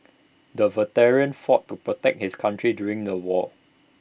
the veteran fought to protect his country during the war